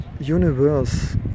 universe